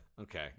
Okay